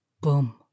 boom